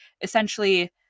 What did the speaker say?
essentially